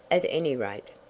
at any rate.